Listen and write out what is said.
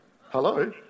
Hello